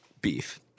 beef